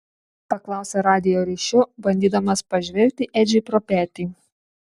paklausė radijo ryšiu bandydamas pažvelgti edžiui pro petį